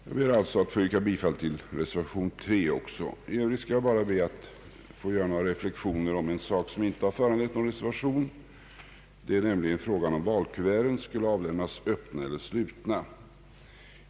Jag ber alltså att få yrka bifall även till reservation 3. I övrigt vill jag göra några reflexioner om en sak som inte har föranlett någon reservation. Det gäller frågan om huruvida valkuverten skall avlämnas öppna eller slutna.